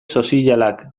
sozialak